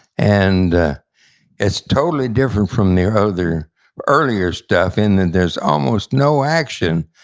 and it's totally different from the other earlier stuff in that there's almost no action,